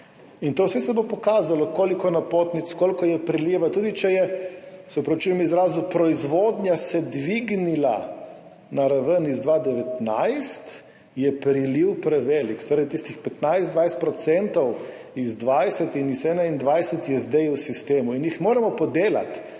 In vse to se bo pokazalo, koliko je napotnic, koliko je priliva. Tudi če se je, se opravičujem za izraz, proizvodnja dvignila na raven iz 2019, je priliv prevelik. Torej tistih 15 %, 20 % iz 2020 in iz 2021 je zdaj v sistemu in jih moramo podelati.